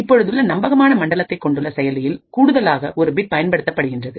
இப்பொழுதுள்ள நம்பகமான மண்டலத்தை கொண்டுள்ள செயலியில் கூடுதலாக ஒரு பிட் பயன்படுத்த படுத்தப்படுகின்றது